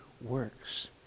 works